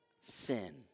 Sin